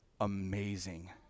amazing